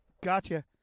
Gotcha